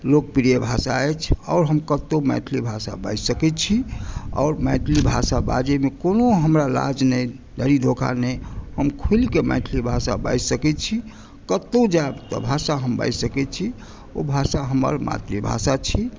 लोकप्रिय भाषा अछि आओर हम कतहुँ मैथिली भाषा बाजि सकै छी आओर मैथिली भाषा बाजयमे कोनो हमरा लाज नहि धरि धोखा नहि हम खुलिकेँ मैथिली भाषा बाजि सकै छी कतहुँ जाएब तऽ हम भाषा बाजि सकै छी ओ भाषा हमर मातृभाषा छी